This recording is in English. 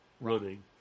running